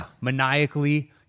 maniacally